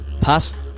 past